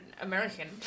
American